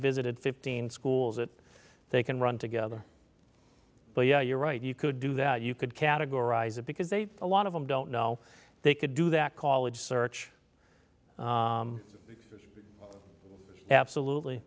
visited fifteen schools that they can run together but yeah you're right you could do that you could categorize it because they a lot of them don't know they could do that college search absolutely